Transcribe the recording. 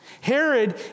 Herod